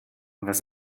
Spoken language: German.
was